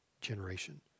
generation